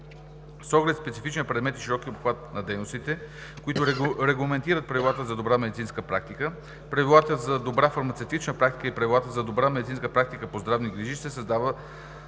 С оглед специфичния предмет и широкия обхват на дейностите, които регламентират правилата за добра медицинска практика, правилата за добра фармацевтична практика и правилата за добра медицинска практика по здравни грижи, се създава